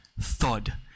thud